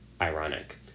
ironic